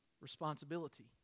responsibility